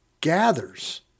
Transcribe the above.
gathers